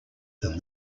than